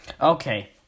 Okay